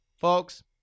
Folks